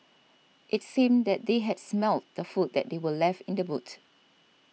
its seemed that they had smelt the food that they were left in the boot